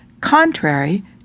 Contrary